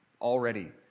already